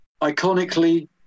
iconically